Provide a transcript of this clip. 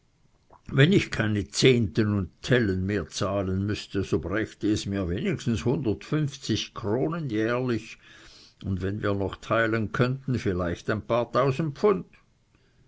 wenn ich keine zehnten und tellen mehr zahlen müßte so brächte es mir wenigstens hundertfünfzig kronen jährlich und wenn wir noch teilen könnten vielleicht ein paar tausend pfund